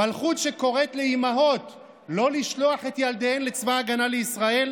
מלכות שקוראת לאימהות לא לשלוח את ילדיהן לצבא ההגנה לישראל?